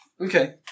Okay